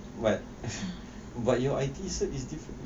but but your I_T_E cert~ is different